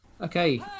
Okay